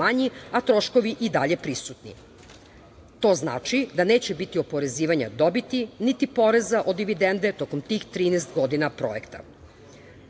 a troškovi i dalje prisutni. To znači da neće biti oporezivanja dobiti, niti poreza od dividende tokom tih 13 godina projekta. Dodatno